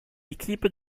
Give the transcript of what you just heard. équipe